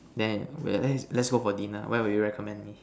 then let's go for dinner where will you recommend me